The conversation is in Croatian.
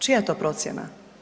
Čija je to procjena?